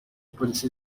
polisi